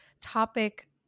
topic